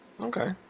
Okay